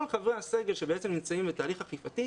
חברי הסגל שבעצם נמצאים בתהליך אכיפתי,